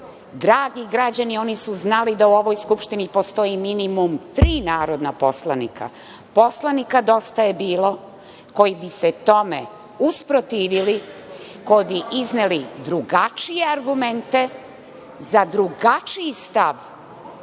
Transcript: Dragi građani, oni su znali da u ovoj Skupštini postoji minimum tri narodna poslanika, poslanika DJB koji bi se tome usprotivili, koji bi izneli drugačije argumente za drugačiji stav